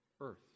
earth